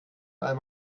all